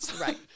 Right